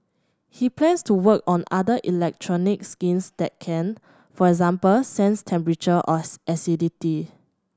he plans to work on other electronic skins that can for example sense temperature or acidity